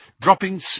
dropping